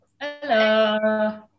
Hello